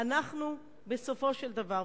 אנחנו בסופו של דבר,